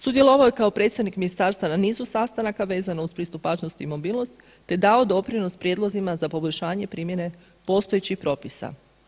Sudjelovao je kao predstavnik ministarstva na nizu sastanaka vezano uz pristupačnost i mobilnost te dao doprinos prijedlozima za poboljšanje primjene postojećih propisa.